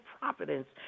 providence